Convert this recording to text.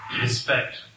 respect